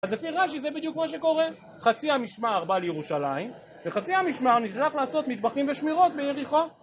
אז לפי רש"י זה בדיוק כמו שקורה, חצי המשמר בא לירושלים, וחצי המשמר נשלח לעשות מטבחים ושמירות ביריחו.